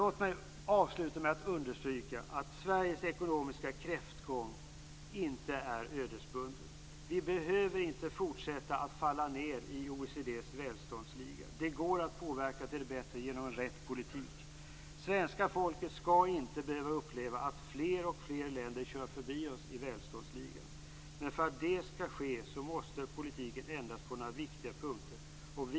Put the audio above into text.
Låt mig avsluta med att understryka att Sveriges ekonomiska kräftgång inte är ödesbunden. Det går att påverka till det bättre med hjälp av rätt politik. Svenska folket skall inte behöva uppleva att fler och fler länder kör förbi oss i välståndsligan. Men för att det skall ske måste politiken ändras på några viktiga punkter.